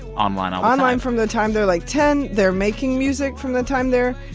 online um online from the time they're, like, ten. they're making music from the time they're,